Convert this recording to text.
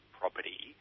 property